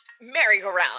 merry-go-round